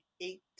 eight